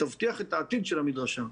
ותבטיח את העתיד של המדרשה.